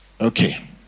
Okay